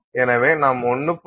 எனவே நாம் 1